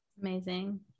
Amazing